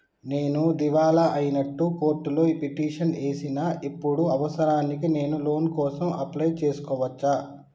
నేను దివాలా అయినట్లు కోర్టులో పిటిషన్ ఏశిన ఇప్పుడు అవసరానికి నేను లోన్ కోసం అప్లయ్ చేస్కోవచ్చా?